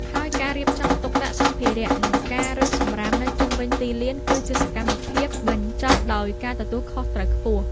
ហើយការរៀបចំទុកដាក់សម្ភារៈ និងការរើសសម្រាមនៅជុំវិញទីលាន គឺជាសកម្មភាពបញ្ចប់ដោយការទទួលខុសត្រូវខ្ពស់។